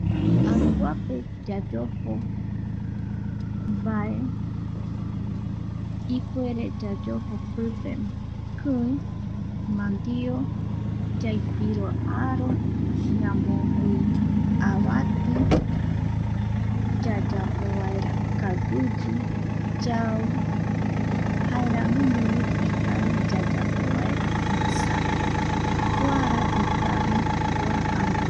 Anguape yayojo, vae, ipuere yayojo pipe ki, mandio, yaipiro vaera aro, yamongui avati yayapo vaera kaguiyi, yau jaeramiñovi ikavi yayapo vaera masaco kuara ikavi kua angu.